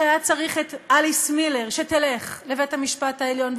היה צריך את אליס מילר שתלך לבית-המשפט העליון,